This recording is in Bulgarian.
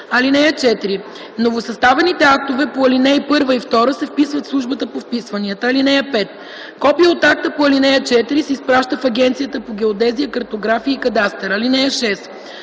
(4) Новосъставените актове по ал. 1 и 2 се вписват в службата по вписванията. (5) Копие от акта по ал. 4 се изпраща на Агенцията по геодезия, картография и кадастър. (6)